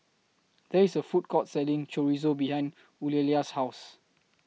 There IS A Food Court Selling Chorizo behind Eulalia's House